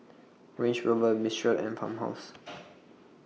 Range Rover Mistral and Farmhouse